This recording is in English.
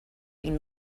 been